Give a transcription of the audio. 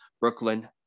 Brooklyn